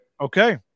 Okay